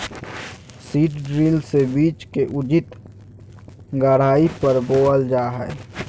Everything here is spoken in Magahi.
सीड ड्रिल से बीज के उचित गहराई पर बोअल जा हइ